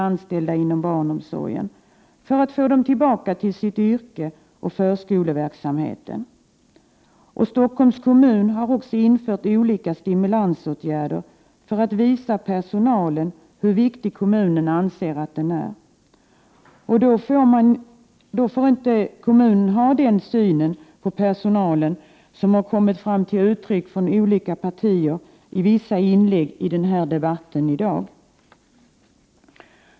anställda inom barnomsorgen för att få dem tillbaka till sitt yrke och förskoleverksamheten. Stockholms kommun har också infört olika stimulansåtgärder för att visa personalen hur viktig kommunen anser att den är. Då får kommunen inte ha den syn på personalen som kommit till uttryck från olika partier i vissa inlägg i denna debatt.